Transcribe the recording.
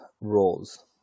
roles